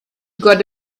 got